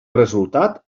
resultat